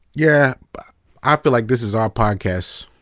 yeah but i feel like this is our podcast.